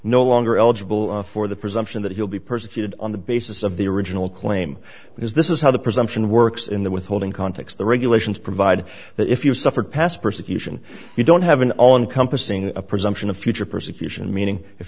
no longer eligible for the presumption that he'll be persecuted on the basis of the original claim because this is how the presumption works in the withholding context the regulations provide that if you suffer past persecution you don't have an all encompassing presumption of future persecution meaning if